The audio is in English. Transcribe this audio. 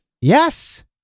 Yes